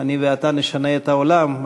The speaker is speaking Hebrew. "אני ואתה נשנה את העולם".